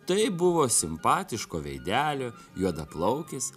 tai buvo simpatiško veidelio juodaplaukis